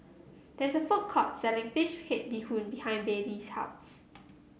there is a food court selling fish head Bee Hoon behind Baylee's house